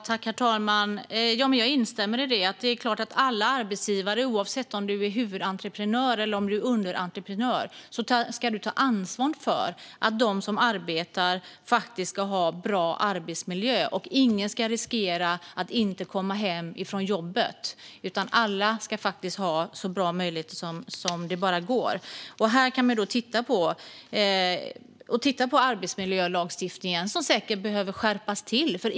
Herr talman! Jag instämmer i att alla arbetsgivare, oavsett om man är huvudentreprenör eller underentreprenör, ska ta ansvar för att de som arbetar har en bra arbetsmiljö. Ingen ska riskera att inte komma hem från jobbet, utan alla ska ha så bra möjligheter som det går. Här kan vi titta på arbetsmiljölagstiftningen. Den behöver säkert skärpas.